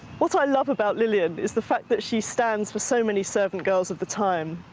what so i love about lillian is the fact that she stands for so many servant girls of the time.